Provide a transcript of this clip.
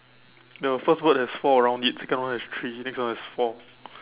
the first word has four around it second one has three next one has four